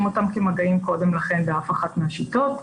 אותם כמגעים קודם לכן באף אחת מהשיטות,